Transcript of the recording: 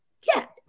get